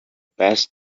best